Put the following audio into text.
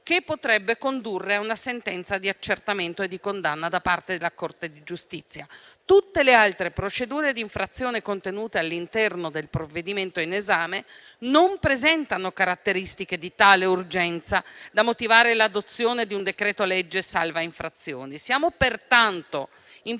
che potrebbe condurre a una sentenza di accertamento e di condanna da parte della Corte di giustizia. Tutte le altre procedure d'infrazione contenute all'interno del provvedimento in esame non presentano caratteristiche di tale urgenza da motivare l'adozione di un decreto-legge Salva-infrazioni. Siamo pertanto in